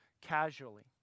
casually